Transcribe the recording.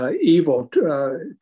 Evil